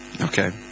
okay